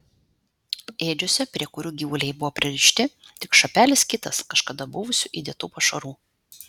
ėdžiose prie kurių gyvuliai buvo pririšti tik šapelis kitas kažkada buvusių įdėtų pašarų